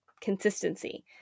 consistency